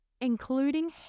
including